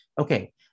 Okay